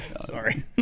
Sorry